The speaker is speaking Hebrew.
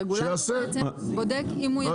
הרגולטור בעצם בודק אם הוא יכול.